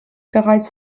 bereits